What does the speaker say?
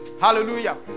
Hallelujah